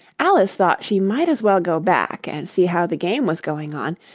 alice thought she might as well go back, and see how the game was going on,